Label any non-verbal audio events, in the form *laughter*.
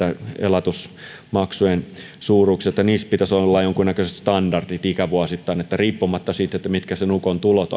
elatusmaksujen suuruuksia niissä pitäisi olla jonkunnäköiset standardit ikävuosittain niin että riippumatta siitä mitkä sen ukon tulot *unintelligible*